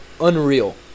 Unreal